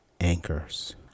anchors